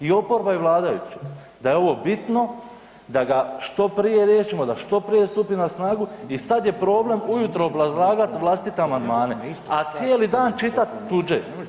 I oporba i vladajući, da je ovo bitno da ga što prije riješimo, da što prije stupi na snagu i sad je problem ujutro obrazlagati vlastite amandmane, a cijeli dan čitati tuđe.